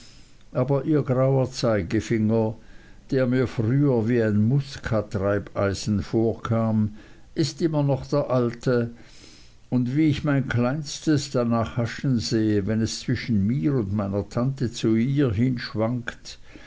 aber ihr grauer zeigefinger der mir früher wie ein muskatnußaschenreibeisen vorkam ist immer noch der alte und wie ich mein kleinstes danach haschen sehe wenn es zwischen mir und meiner tante zu ihr hinschwankt